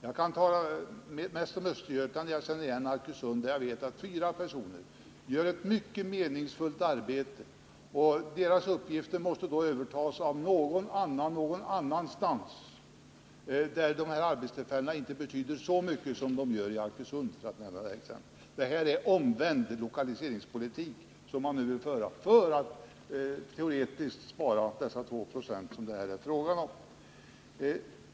Jag kan tala om Östergötland och Arkösund som jag bäst känner till. Jag vet att fyra personer gör ett mycket meningsfullt arbete. Deras uppgifter måste vid en nedläggning övertas av några andra någon annanstans där arbetstillfällena inte betyder så mycket som i Arkösund. Här vill man föra en omvänd lokaliseringspolitik för att teoretiskt spara de 2 26 som det här är fråga om.